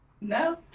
No